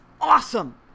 awesome